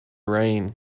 rain